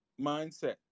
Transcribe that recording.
mindset